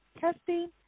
testing